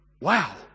Wow